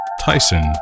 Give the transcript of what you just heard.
Tyson